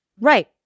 Right